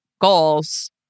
goals